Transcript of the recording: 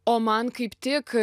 o man kaip tik